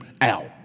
out